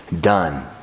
done